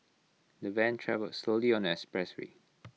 the van travelled slowly on the expressway